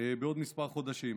בעוד כמה חודשים.